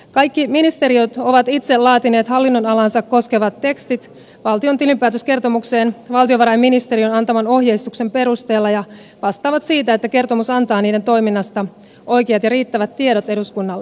kaikki ministeriöt ovat itse laatineet hallinnonalaansa koskevat tekstit valtion tilinpäätöskertomukseen valtiovarainministeriön antaman ohjeistuksen perusteella ja vastaavat siitä että kertomus antaa niiden toiminnasta oikeat ja riittävät tiedot eduskunnalle